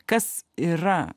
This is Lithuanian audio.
kas yra